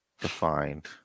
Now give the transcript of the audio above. defined